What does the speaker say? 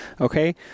Okay